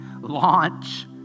Launch